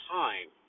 time